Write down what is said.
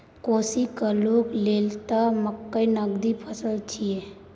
कोशीक लोग लेल त मकई नगदी फसल छियै